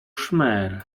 szmer